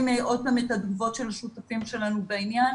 עוד פעם את התגובות של השותפים שלנו בעניין.